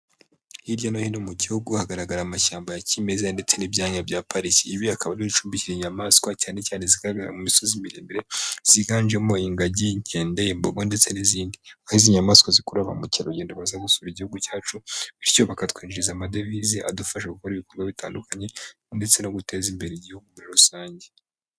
Hirya no hino mu gihugu hagaragara amashyamba ya cyimeza ndetse n'ibyayanya bya parike. Ibi akaba ari ibicumbikira inyamaswa cyanecyane zigaragara mu misozi miremire. Ziganjemo ingagi, inkede, imbogo, ndetse n'izindi. Aho izi nyamaswa zikurura ba mukerarugendo baza gusura Igihugu cyacu, bityo bakatwinjiriza amadevize adufasha gukora ibikorwa bitandukanye, ndetse no guteza imbere Igihugu muri rusange.